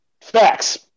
Facts